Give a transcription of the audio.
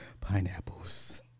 pineapples